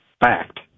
Fact